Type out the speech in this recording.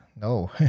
No